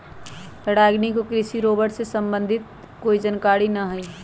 रागिनी को कृषि रोबोट से संबंधित कोई जानकारी नहीं है